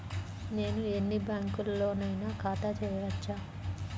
నేను ఎన్ని బ్యాంకులలోనైనా ఖాతా చేయవచ్చా?